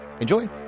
Enjoy